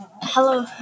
Hello